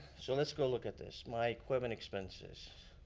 so, let's go look at this. my equipment expenses.